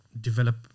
develop